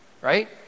right